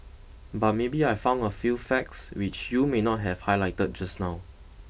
but maybe I found a few facts which you may not have highlighted just now